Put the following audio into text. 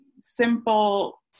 simple